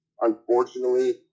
Unfortunately